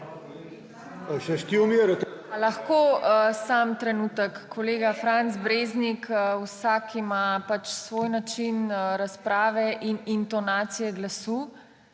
lahko samo trenutek. Kolega Franc Breznik, vsak ima svoj način razprave in intonacije glasu,